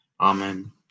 Amen